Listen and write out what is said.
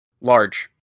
Large